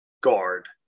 guard